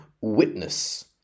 witness